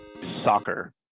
Soccer